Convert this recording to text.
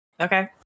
Okay